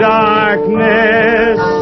darkness